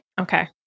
Okay